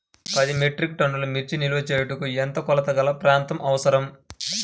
పది మెట్రిక్ టన్నుల మిర్చి నిల్వ చేయుటకు ఎంత కోలతగల ప్రాంతం అవసరం?